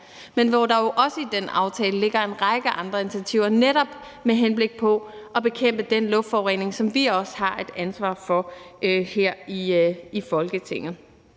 men der ligger jo også i den aftale en række andre initiativer netop med henblik på at bekæmpe den luftforurening, som vi i Folketinget